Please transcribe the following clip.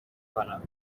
کنم